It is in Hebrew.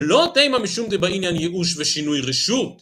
לא אתם המשום דבעניין ייאוש ושינוי רשות.